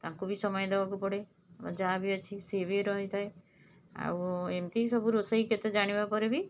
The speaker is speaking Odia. ତାଙ୍କୁ ବି ସମୟ ଦେବାକୁ ପଡ଼େ ମୋ ଯାଆ ବି ଅଛି ସିଏ ବି ରହିଥାଏ ଆଉ ଏମିତି ସବୁ ରୋଷେଇ କେତେ ଜାଣିବାପରେ ବି